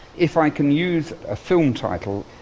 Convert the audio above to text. if i can use a film title,